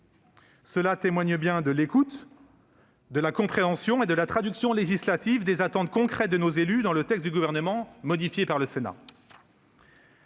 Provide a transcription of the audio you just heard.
Cela témoigne bien de l'écoute, de la compréhension et de la traduction législative des attentes concrètes de nos élus dans le texte du Gouvernement, modifié par le Sénat.